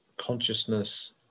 Consciousness